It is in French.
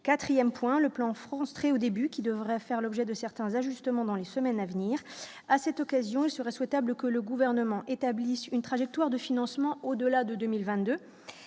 4ème point le plan France très au début qui devrait faire l'objet de certains ajustements dans les semaines à venir, à cette occasion, il serait souhaitable que le gouvernement établisse une trajectoire de financement au-delà de 2000